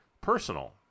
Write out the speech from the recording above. personal